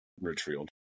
Richfield